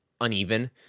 uneven